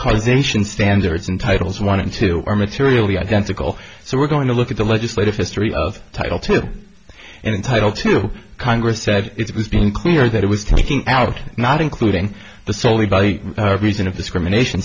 causation standards in titles one into our material be identical so we're going to look at the legislative history of title to and in title to congress said it was being clear that it was taking out not including the solely by reason of discrimination